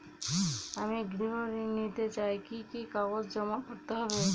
আমি গৃহ ঋণ নিতে চাই কি কি কাগজ জমা করতে হবে?